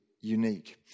unique